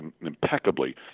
impeccably